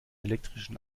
elektrischen